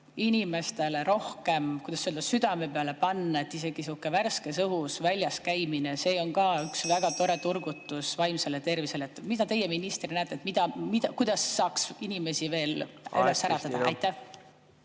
inimestele rohkem südame peale panna, et isegi sihuke värskes õhus väljas käimine on ka üks väga tore turgutus vaimsele tervisele? Mida teie ministrina [arvate], kuidas saaks inimesi üles äratada? Aitäh